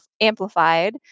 amplified